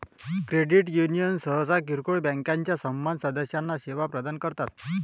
credit union सहसा किरकोळ बँकांच्या समान सदस्यांना सेवा प्रदान करतात